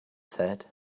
said